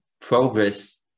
progress